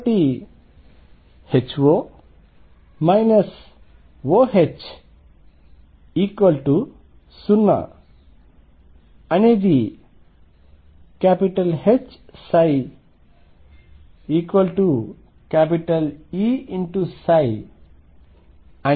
కాబట్టి HO OH0 అనేది HψEψ అని సూచిస్తుంది